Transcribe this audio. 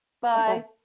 Bye